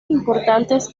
importantes